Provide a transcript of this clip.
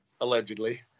Allegedly